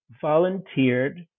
volunteered